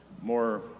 more